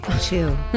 Chill